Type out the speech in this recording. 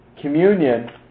Communion